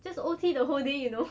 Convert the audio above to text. just O_T the whole day you know